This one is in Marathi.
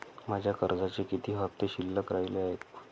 माझ्या कर्जाचे किती हफ्ते शिल्लक राहिले आहेत?